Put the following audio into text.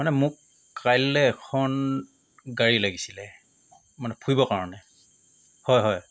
মানে মোক কাইলৈ এখন গাড়ী লাগিছিলে মানে ফুৰিবৰ কাৰণে হয় হয়